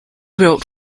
wrote